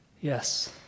Yes